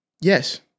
Yes